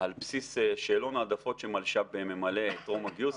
על בסיס שאלון העדפות שמלש"ב ממלא טרום הגיוס,